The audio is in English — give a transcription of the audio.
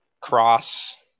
cross